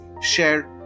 share